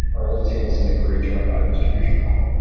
are all the tables in the query joined by the distribution column?